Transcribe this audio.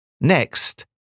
Next